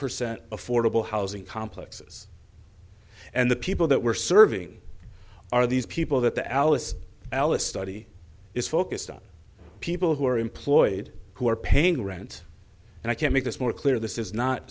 percent affordable housing complexes and the people that were serving are these people that the alice alice study is focused on people who are employed who are paying rent and i can make this more clear this is not